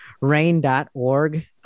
rain.org